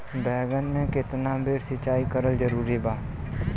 बैगन में केतना बेर सिचाई करल जरूरी बा?